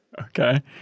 Okay